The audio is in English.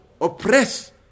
oppress